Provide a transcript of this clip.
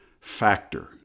factor